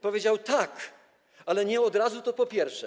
Powiedział: tak, ale nie od razu, to po pierwsze.